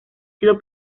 sido